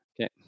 Okay